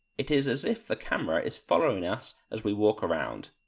it is as if the camera is following us as we walk around.